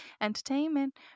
entertainment